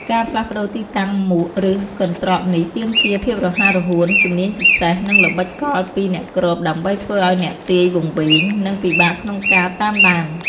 ការផ្លាស់ប្ដូរទីតាំងមួកឬកន្ត្រកនេះទាមទារភាពរហ័សរហួន ជំនាញពិសេស និងល្បិចកលពីអ្នកគ្របដើម្បីធ្វើឱ្យអ្នកទាយវង្វេង និងពិបាកក្នុងការតាមដាន។